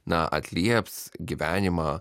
na atlieps gyvenimą